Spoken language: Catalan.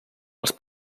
els